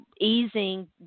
easing